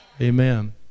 amen